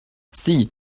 see